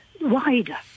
wider